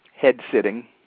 head-sitting